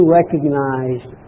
recognized